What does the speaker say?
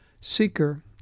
Seeker